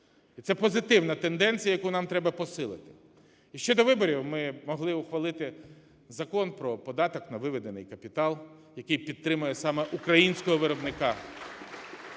І це позитивна тенденція, яку нам треба посилити. І ще до виборів ми могли ухвалити Закон про податок на виведений капітал, який підтримує саме українського виробника.